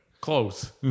close